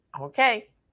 Okay